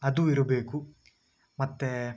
ಅದು ಇರಬೇಕು ಮತ್ತೆ